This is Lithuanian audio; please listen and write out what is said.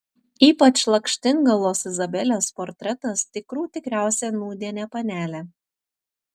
ypač lakštingalos izabelės portretas tikrų tikriausia nūdienė panelė